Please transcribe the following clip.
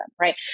right